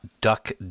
duck